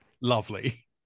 Lovely